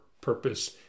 purpose